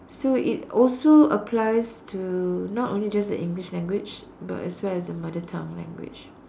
so it also applies to not only just the English language but as well as the mother tongue language